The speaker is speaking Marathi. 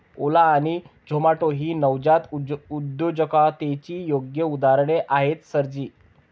ओला आणि झोमाटो ही नवजात उद्योजकतेची योग्य उदाहरणे आहेत सर जी